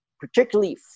particularly